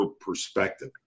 perspective